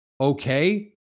okay